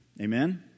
Amen